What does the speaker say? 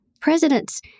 Presidents